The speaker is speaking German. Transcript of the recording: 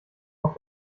auf